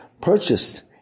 purchased